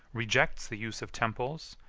rejects the use of temples,